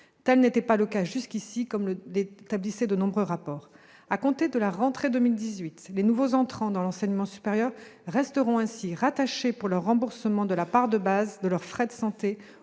Tel n'était pas le cas jusqu'ici, comme l'ont établi de nombreux rapports. À compter de la rentrée 2018, les nouveaux entrants dans l'enseignement supérieur resteront ainsi rattachés pour le remboursement de la part de base de leurs frais de santé